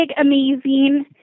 amazing